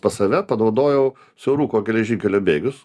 pas save panaudojau siauruko geležinkelio bėgius